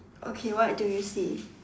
okay what do you see